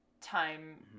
time